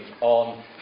on